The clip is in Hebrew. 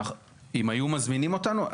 אם היו מזמינים אותנו...